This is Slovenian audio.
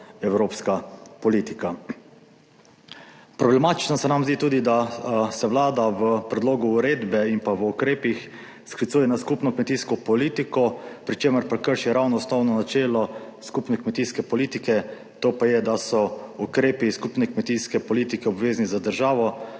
evropska politika. Problematično se nam zdi tudi, da se Vlada v predlogu uredbe in pa v ukrepih sklicuje na skupno kmetijsko politiko, pri čemer prekrši ravno osnovno načelo skupne kmetijske politike. To pa je, da so ukrepi skupne kmetijske politike obvezni za državo,